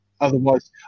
otherwise